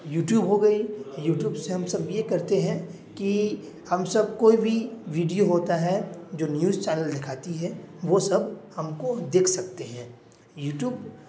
YouTube ہو گئی YouTube سے ہم سب یہ کرتے ہیں کہ ہم سب کوئی بھی ویڈیو ہوتا ہے جو نیوز چینل دکھاتی ہے وہ سب ہم کو دیکھ سکتے ہیں یوٹیوب